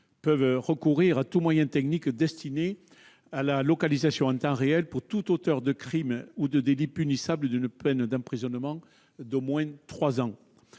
peuvent recourir à tout moyen technique destiné à la localisation en temps réel pour tout auteur de crime ou de délit punissable d'une peine d'emprisonnement de trois ans